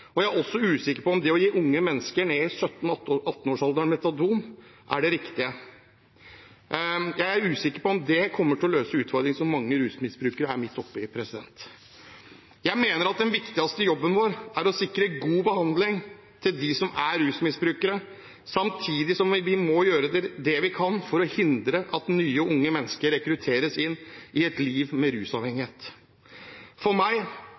og jeg er også usikker på om det å gi unge mennesker ned i 17–18-årsalderen metadon er det riktige. Jeg er usikker på om det kommer til å løse utfordringene som mange rusmisbrukere er midt oppe i. Jeg mener at den viktigste jobben vår er å sikre god behandling til dem som er rusmisbrukere, samtidig som vi må gjøre det vi kan for å hindre at nye unge mennesker rekrutteres inn i et liv med rusavhengighet. For meg